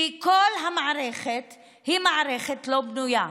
כי כל המערכת היא מערכת שלא בנויה.